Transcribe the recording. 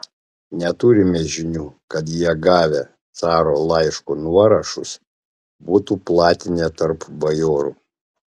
neturime žinių kad jie gavę caro laiško nuorašus būtų platinę tarp bajorų